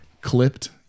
clipped